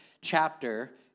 chapter